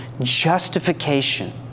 justification